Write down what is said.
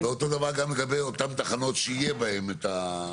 ואותו דבר גם לגבי אותן תחנות שיהיה בהן את.